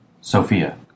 Sophia